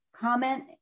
comment